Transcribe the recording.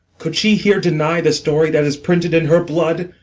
could she here deny the story that is printed in her blood?